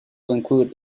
include